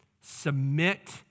Submit